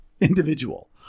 individual